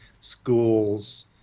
schools